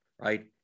right